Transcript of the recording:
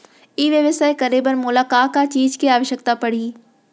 ई व्यवसाय करे बर मोला का का चीज के आवश्यकता परही?